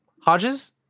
Hodges